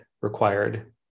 required